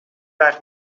وقت